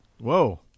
Whoa